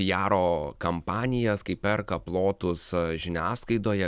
piaro kampanijas kai perka plotus žiniasklaidoje